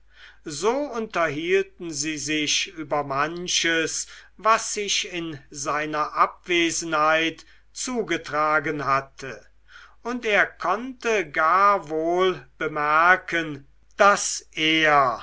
so unterhielten sie sich über manches was sich in seiner abwesenheit zugetragen hatte und er konnte gar wohl bemerken daß er